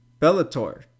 Bellator